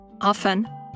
often